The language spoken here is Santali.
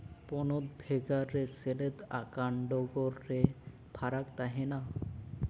ᱯᱚᱱᱚᱛ ᱵᱷᱮᱜᱟᱨ ᱨᱮ ᱥᱮᱞᱮᱫ ᱟᱠᱟᱱ ᱰᱚᱜᱚᱨ ᱨᱮ ᱯᱷᱟᱨᱟᱠ ᱛᱟᱦᱮᱱᱟ